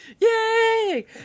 Yay